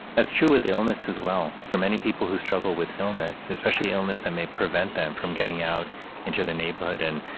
that's true with illness as well. for many people who struggle with illness, especially illness, that and may prevent them from getting out into the neighborhood and,